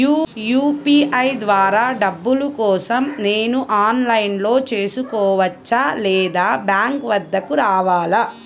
UPI ద్వారా డబ్బులు కోసం నేను ఆన్లైన్లో చేసుకోవచ్చా? లేదా బ్యాంక్ వద్దకు రావాలా?